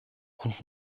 und